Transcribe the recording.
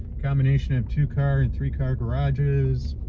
combination of two car and three-car garages.